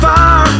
Far